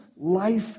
life